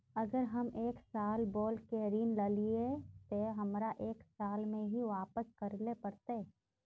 अगर हम एक साल बोल के ऋण लालिये ते हमरा एक साल में ही वापस करले पड़ते?